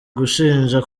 gushinja